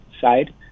side